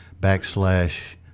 backslash